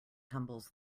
tumbles